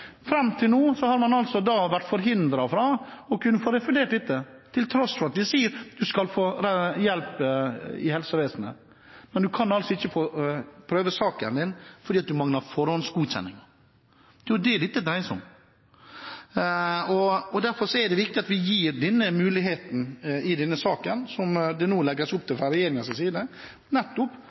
Fram til nå har de vært forhindret fra å kunne få refundert dette, til tross for at man sier at man skal få hjelp i helsevesenet. Men man får altså ikke prøvd saken sin, fordi det mangler forhåndsgodkjenning. Det er jo det dette dreier seg om. Derfor er det viktig at vi gir denne muligheten i denne saken som det nå legges opp til fra regjeringens side, nettopp